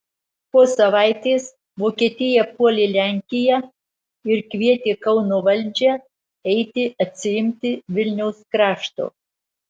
po savaitės vokietija puolė lenkiją ir kvietė kauno valdžią eiti atsiimti vilniaus krašto